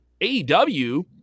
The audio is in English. AEW